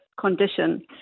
condition